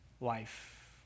life